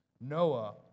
Noah